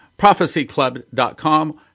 prophecyclub.com